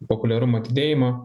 populiarumo didėjimo